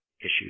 issues